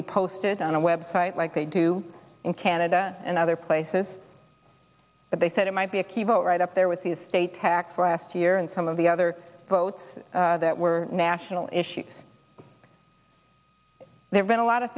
be posted on a website like they do in canada and other places but they said it might be a key vote right up there with the estate tax last year and some of the other votes that were national issue there's been a lot of